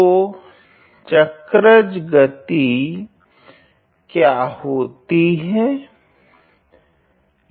तो चक्रज गति क्या होती है